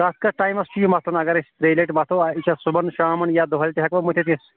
کَتھ کَتھ ٹایِمَس چھُ یہِ متھُن اگر أس ترٛیٚیہِ لَٹہِ متھو یہِ چھَ صُبَن شامَن یا دُوٚہلہِ تہِ ہیٚکوٕ یہِ مٔتھِتھ أسۍ